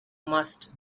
must